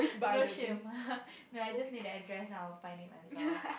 no shame no lah I just need the address now I will find it myself